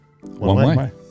one-way